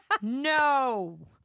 No